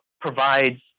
provides